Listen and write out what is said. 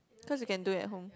cause you can do it at home